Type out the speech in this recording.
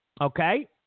Okay